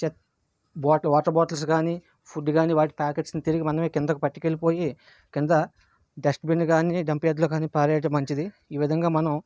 చే బా water bottles కానీ ఫుడ్ కానీ వాటి ప్యాకెట్స్ని తిరిగి మనమే కిందకు పట్టుకు వెళ్ళిపోయి కింద డస్ట్బిన్లో కానీ డంప్యార్డ్లో కానీ పారేయడం మంచిది ఈ విధంగా మనం